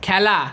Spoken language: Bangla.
খেলা